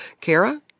Kara